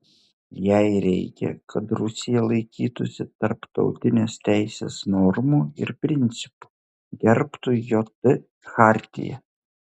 jai reikia kad rusija laikytųsi tarptautinės teisės normų ir principų gerbtų jt chartiją